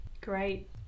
Great